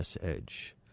edge